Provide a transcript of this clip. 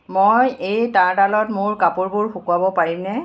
মই এই তাঁৰডালত মোৰ কাপোৰবোৰ শুকুৱাব পাৰিমনে